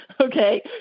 okay